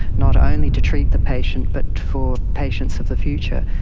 not only to treat the patient but for patients of the future.